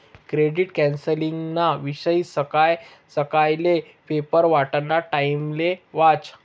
credit कौन्सलिंगना विषयी सकाय सकायले पेपर वाटाना टाइमले वाचं